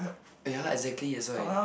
ya lah exactly that's why